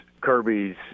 Kirby's